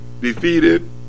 defeated